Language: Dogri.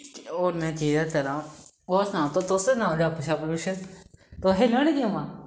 होर में केह् करां होर सनाओ तुस सनाई ओड़ गपशप कुछ तुस खेलने होन्ने गेमां